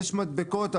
יש מדבקות,